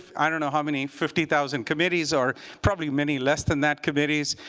i don't know how many, fifty thousand committees or probably many less than that committees,